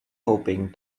hoping